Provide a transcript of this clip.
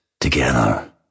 Together